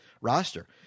roster